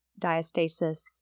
diastasis